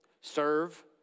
serve